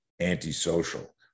antisocial